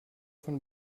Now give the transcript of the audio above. von